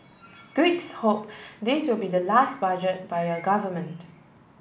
Greeks hope this will be the last budget by your government